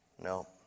No